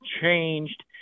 changed